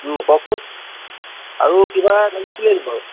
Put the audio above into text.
কওকচোন আৰু কিবা লাগিছিলে নেকি বাৰু